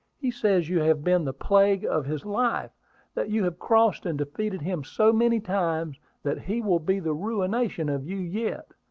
he says you have been the plague of his life that you have crossed and defeated him so many times that he will be the ruination of you yet.